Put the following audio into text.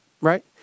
right